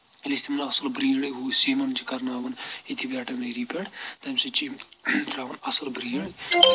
ییٚلہِ أسۍ تِمَن اَصٕل برٛیٖڈن ہُنٛد سیٖمن چھِ کَرناوَان ییٚتہِ پٮ۪ٹھ ویٹرنٔری پؠٹھ تَمہِ سۭتۍ چھِ یِم ترٛاوَان اَصٕل برٛیٖڈ